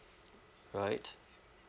right